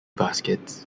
baskets